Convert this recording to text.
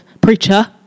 preacher